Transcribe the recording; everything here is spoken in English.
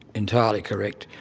entirely correct.